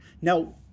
Now